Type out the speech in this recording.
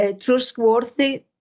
trustworthy